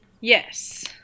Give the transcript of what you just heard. Yes